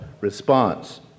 response